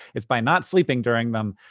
it's by not sleeping during them.